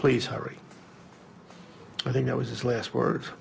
please hurry i think it was his last words